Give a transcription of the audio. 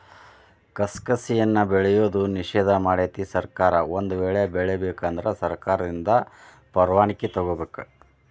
ಕಸಕಸಿಯನ್ನಾ ಬೆಳೆಯುವುದು ನಿಷೇಧ ಮಾಡೆತಿ ಸರ್ಕಾರ ಒಂದ ವೇಳೆ ಬೆಳಿಬೇಕ ಅಂದ್ರ ಸರ್ಕಾರದಿಂದ ಪರ್ವಾಣಿಕಿ ತೊಗೊಬೇಕ